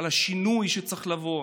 על השינוי שצריך לבוא.